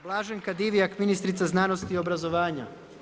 Blaženka Divjak, ministrica znanosti i obrazovanja.